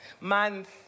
Month